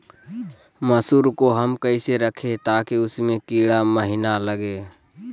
मसूर को हम कैसे रखे ताकि उसमे कीड़ा महिना लगे?